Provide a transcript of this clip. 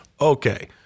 Okay